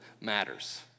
matters